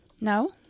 no